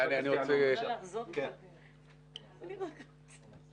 חבר הכנסת יעלון.